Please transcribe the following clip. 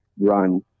run